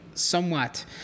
Somewhat